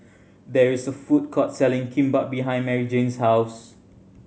there is a food court selling Kimbap behind Maryjane's house